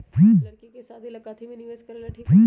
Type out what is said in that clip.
लड़की के शादी ला काथी में निवेस करेला ठीक होतई?